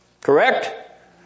Correct